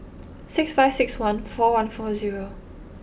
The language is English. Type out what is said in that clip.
six five six one four one four zero